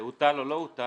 שהוטל או לא הוטל